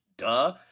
Duh